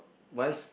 once